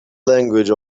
language